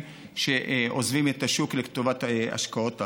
שעוזבים את השוק לטובת השקעות אחרות.